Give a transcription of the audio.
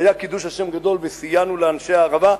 והיה קידוש השם גדול וסייענו לאנשי הערבה,